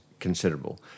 Considerable